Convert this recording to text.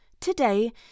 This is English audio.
today